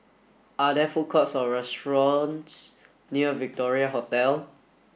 are there food courts or restaurants near Victoria Hotel